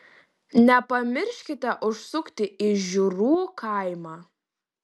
nepamirškite užsukti į žiurų kaimą